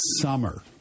summer